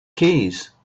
keys